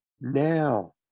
now